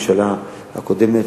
הממשלה הקודמת,